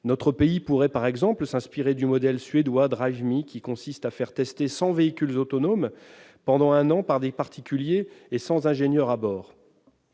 Notre pays pourrait s'inspirer, par exemple, du modèle suédois Drive Me, qui consiste à faire tester cent véhicules autonomes pendant un an par des particuliers et sans ingénieur à bord.